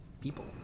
people